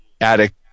Attic